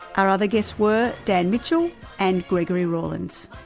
our other guests were dan mitchell and gregory rawlings.